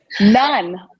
none